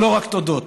אבל לא רק תודות,